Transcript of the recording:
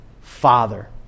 Father